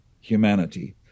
humanity